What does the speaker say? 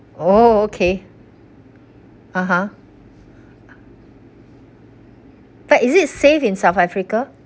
oh okay (uh huh) but is it safe in south africa